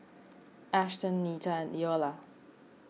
Ashton Neta and Iola